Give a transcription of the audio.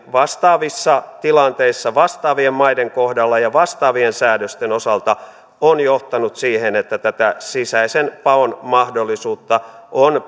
vastaavissa tilanteissa vastaavien maiden kohdalla ja vastaavien säädösten osalta on johtanut siihen että tätä sisäisen paon mahdollisuutta on